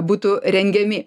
būtų rengiami